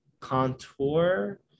Contour